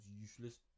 useless